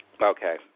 Okay